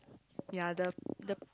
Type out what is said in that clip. ya the the